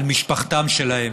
על משפחתם שלהם.